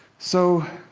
so,